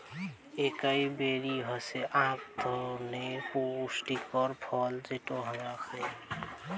একাই বেরি হসে আক ধরণনের পুষ্টিকর ফল যেটো হামরা খাই